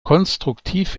konstruktiv